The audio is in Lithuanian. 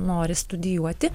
nori studijuoti